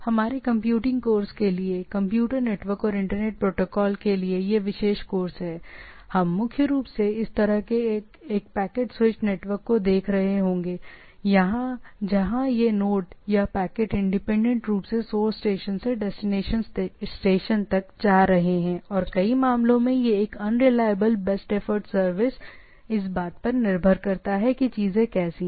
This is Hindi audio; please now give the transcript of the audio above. हमारे कंप्यूटिंग कोर्स के लिए कंप्यूटर नेटवर्क और इंटरनेट प्रोटोकॉल के लिए यह विशेष कोर्सहै हम मुख्य रूप से इस तरह के एक पैकेट स्विच्ड नेटवर्क को देख रहे होंगे जहां यह नोड या पैकेट इंडिपेंडेंट रूप से सोर्स से डेस्टिनेशन तक जा रहे हैं और मामलों की संख्या में यह एक अनरिलायबल बेस्ट एफर्ट सर्विस यह इस बात पर निर्भर करता है कि चीजें कैसी हैं